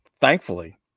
Thankfully